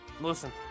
Listen